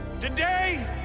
Today